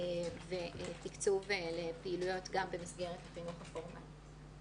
ותקצוב לפעילויות גם במסגרת החינוך הפורמלי.